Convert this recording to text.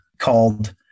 called